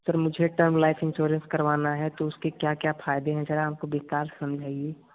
sir मुझे term life insurance करवाना है तो उसके क्या क्या फ़ायदे हैं ज़रा हमको विस्तार से समझाइए